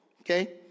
okay